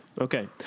Okay